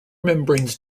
membranes